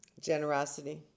Generosity